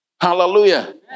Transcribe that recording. Hallelujah